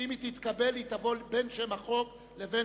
שאם היא תתקבל היא תבוא בין שם החוק לבין